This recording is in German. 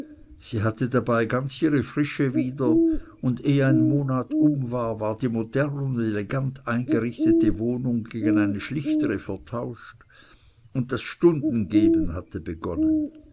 sie hatte dabei ganz ihre frische wieder und eh ein monat um war war die modern und elegant eingerichtete wohnung gegen eine schlichtere vertauscht und das stundengeben hatte begonnen